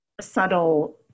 subtle